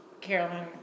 Carolyn